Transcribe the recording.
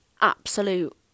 absolute